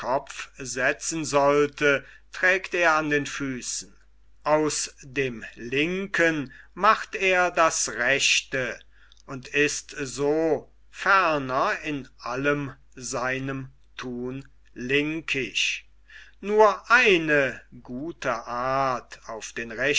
setzen sollte trägt er an den füßen aus dem linken macht er das rechte und ist so ferner in allem seinen thun linkisch nur eine gute art auf den